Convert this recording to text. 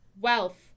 Wealth